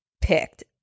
picked